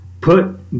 put